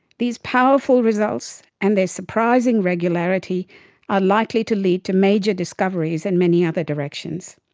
these powerful results and their surprising regularity are likely to lead to major discoveries in many other directions.